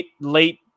late